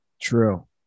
True